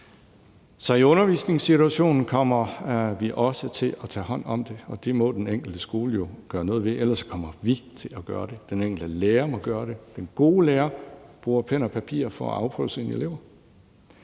Så i undervisningssituationen kommer vi også til at tage hånd om det, og det må den enkelte skole jo gøre noget ved, for ellers kommer vi til at gøre det, og ellers må den enkelte lærer gøre det. Den gode lærer bruger pen og papir for at afprøve sine elever,